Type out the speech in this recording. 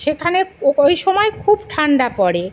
সেখানে ওই সময় খুব ঠান্ডা পড়ে